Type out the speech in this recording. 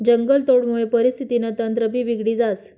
जंगलतोडमुये परिस्थितीनं तंत्रभी बिगडी जास